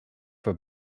for